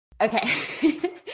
Okay